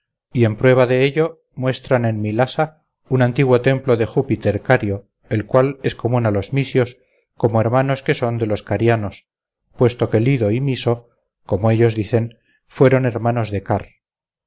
y en prueba de ello muestran en mylassa un antiguo templo de júpiter cario el cual es común a los mysios como hermanos que son de los carianos puesto que lydo y myso como ellos dicen fueron hermanos de car